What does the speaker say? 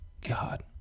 God